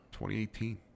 2018